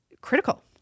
critical